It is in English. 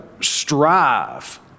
strive